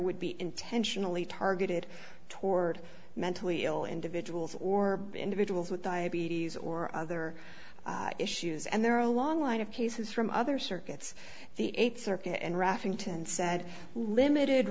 would be intentionally targeted toward mentally ill individuals or individuals with diabetes or other issues and there are a long line of cases from other circuits the eighth circuit and raf inten said limited